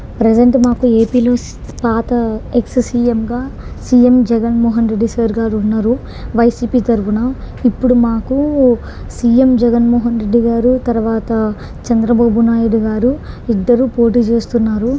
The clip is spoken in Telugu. ప్రజెంట్ మాకు ఏపీలో పాత ఎక్స్ సీఎంగా సీఎం జగన్ మోహన్ రెడ్డి సార్ గారు ఉన్నారు వైసీపీ తరఫున ఇప్పుడు మాకు సీఎం జగన్ మోహన్ రెడ్డి గారు తర్వాత చంద్రబాబు నాయుడు గారు ఇద్దరూ పోటీ చేస్తున్నారు